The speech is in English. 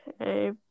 Okay